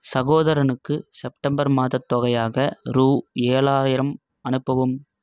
சகோதரனுக்கு செப்டம்பர் மாதத் தொகையாக ரூபா ஏழாயிரம் அனுப்பவும்